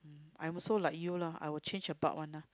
I'm also like you lah I will change about one lah